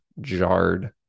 jarred